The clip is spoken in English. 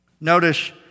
Notice